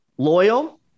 Loyal